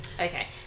Okay